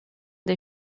des